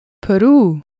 Peru